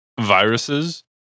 viruses